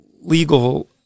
legal